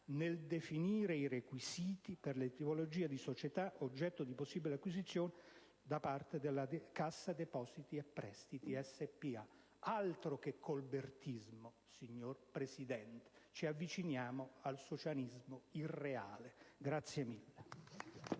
nel definire i requisiti per le tipologie di società oggetto di possibili acquisizioni da parte della Cassa depositi e prestiti S.p.A.». Altro che colbertismo, signor Presidente: ci avviciniamo al socialismo irreale! *(Applausi